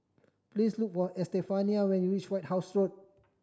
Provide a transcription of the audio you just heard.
please look for Estefania when you reach White House Road